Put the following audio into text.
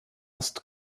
ist